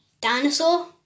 dinosaur